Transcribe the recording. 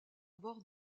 bord